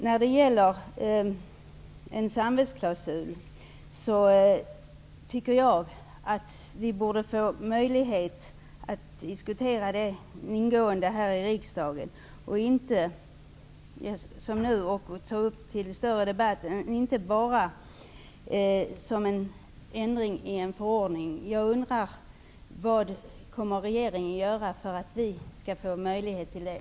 Jag tycker att vi borde få möjlighet att ingående diskutera samvetsklausulen -- och inte bara som en ändring i en förordning -- här i riksdagen. Jag undrar vad regeringen kommer att göra för att vi skall få möjlighet till det.